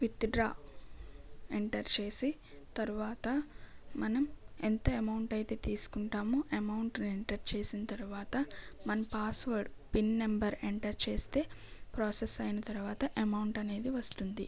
withdraw enter చేసి తరువాత మనం ఎంత అమౌంట్ అయితే తీసుకుంటామో అమౌంట్ ఎంటర్ చేసిన తరువాత మన పాస్వర్డ్ పిన్ నెంబర్ ఎంటర్ చేస్తే ప్రొసెస్ అయిన తరువాత అమౌంట్ అనేది వస్తుంది